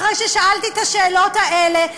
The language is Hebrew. אחרי ששאלתי את השאלות האלה,